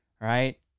right